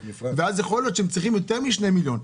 ואז יכול להיות שהם צריכים יותר משני מיליון.